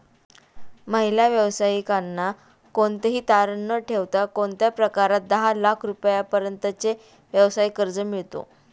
महिला व्यावसायिकांना कोणतेही तारण न ठेवता कोणत्या प्रकारात दहा लाख रुपयांपर्यंतचे व्यवसाय कर्ज मिळतो?